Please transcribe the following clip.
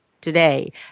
today